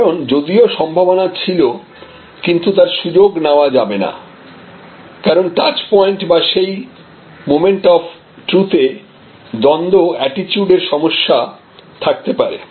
কারণ যদিও সম্ভাবনা ছিল কিন্তু তার সুযোগ নেওয়া যাবে না কারণ টাচ পয়েন্ট বা সেই মোমেন্ট অফ ট্রথ এ দ্বন্দ্ব অ্যাটিটিউড এর সমস্যা থাকতে পারে